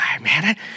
man